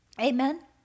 Amen